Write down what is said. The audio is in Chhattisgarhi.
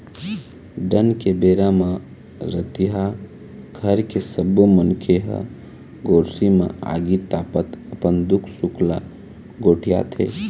ठंड के बेरा म रतिहा घर के सब्बो मनखे ह गोरसी म आगी तापत अपन दुख सुख ल गोठियाथे